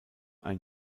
ein